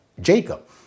Jacob